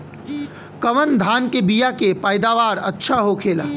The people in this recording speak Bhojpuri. कवन धान के बीया के पैदावार अच्छा होखेला?